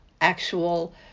actual